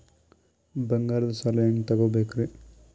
ಬಂಗಾರದ್ ಸಾಲ ಹೆಂಗ್ ತಗೊಬೇಕ್ರಿ?